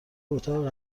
اتاق